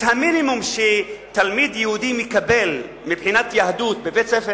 את המינימום שתלמיד יהודי מקבל מבחינת יהדות בבית-ספר